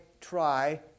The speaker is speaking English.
try